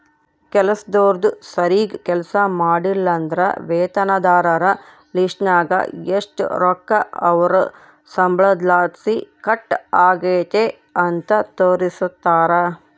ಕೆಲಸ್ದೋರು ಸರೀಗ್ ಕೆಲ್ಸ ಮಾಡ್ಲಿಲ್ಲುದ್ರ ವೇತನದಾರರ ಲಿಸ್ಟ್ನಾಗ ಎಷು ರೊಕ್ಕ ಅವ್ರ್ ಸಂಬಳುದ್ಲಾಸಿ ಕಟ್ ಆಗೆತೆ ಅಂತ ತೋರಿಸ್ತಾರ